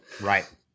Right